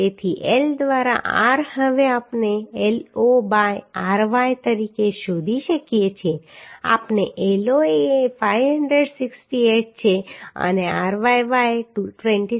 તેથી L દ્વારા r હવે આપણે L0 બાય ry તરીકે શોધી શકીએ છીએ આપણે L0 એ 568 છે અને ryy 26